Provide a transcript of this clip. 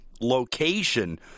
location